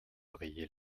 rayer